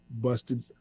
busted